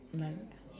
like